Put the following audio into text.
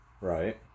Right